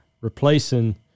replacing